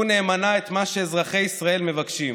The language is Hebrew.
ייצגו נאמנה את מה שאזרחי ישראל מבקשים,